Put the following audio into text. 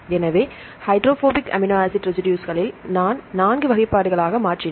எனவே hydrophobic amino acid ரெசிடுஸ்களில் நான் 4 வகைப்பாடுகளாக மாற்றினேன்